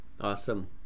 Awesome